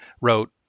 wrote